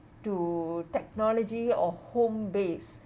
to technology or home based